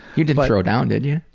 you didn't throw down, did you?